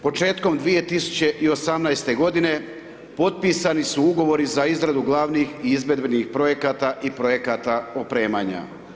Početkom 2018.-te godine potpisani su ugovori za izradu glavnih i izvedbenih projekata i projekata opremanja.